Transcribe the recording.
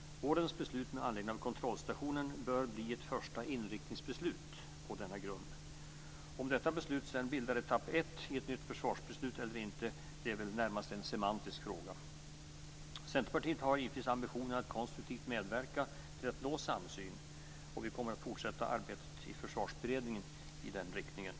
Vårens beslut med anledning av kontrollstationen bör bli ett första inriktningsbeslut på denna grund. Om detta beslut bildar etapp ett i ett nytt försvarsbeslut eller inte, är en närmast semantisk fråga. Centerpartiet har givetvis ambitionen att konstruktivt medverka till att nå samsyn. Vi kommer att fortsätta arbetet i försvarsberedningen i den riktningen.